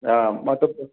ஆ மற்றப்